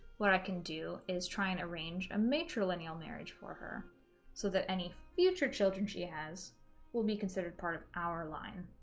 what i can do is try and arrange a maitre lineal marriage for her so that any future children she has will be considered part of our line